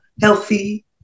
healthy